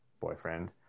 boyfriend